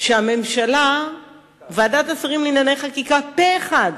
שהממשלה וועדת השרים לענייני חקיקה, פה אחד,